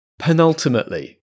Penultimately